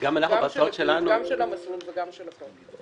גם של המסלול וגם של החוק.